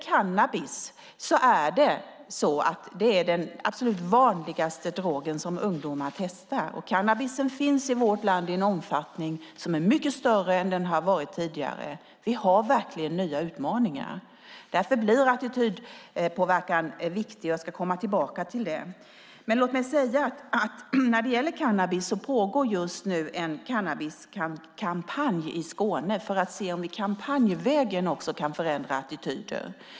Cannabis är den absolut vanligaste drogen som ungdomar testar. Cannabisen finns i vårt land i en mycket större omfattning än tidigare. Vi har verkligen nya utmaningar. Därför blir attitydpåverkan viktigt, och det ska jag komma tillbaka till. När det gäller cannabis pågår just nu en cannabiskampanj i Skåne för att vi ska se om vi kampanjvägen kan förändra attityder.